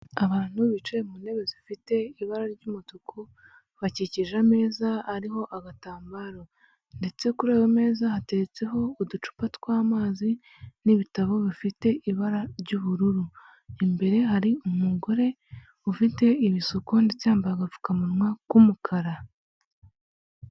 Abantu bicaye mu ntebe zifite ibara ry’umutuku bakikije ameza ariho agatambaro, ndetse kuriyo meza hatetseho uducupa tw’amazi n’ibitabo bifite ibara ry’ubururu. Imbere hari umugore ufite ibisuku ndetse yambaye agapfukamunwa k’umukara.